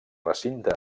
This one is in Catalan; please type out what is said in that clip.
recinte